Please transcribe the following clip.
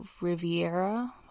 Riviera